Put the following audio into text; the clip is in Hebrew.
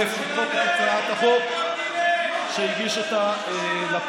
למחוק את הצעת החוק שהגיש לפיד,